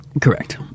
Correct